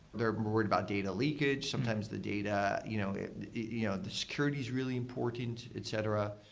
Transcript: they're worried about data leakage. sometimes the data you know you know the security is really important, et cetera.